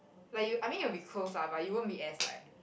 like you I mean you will be close lah but you won't be as like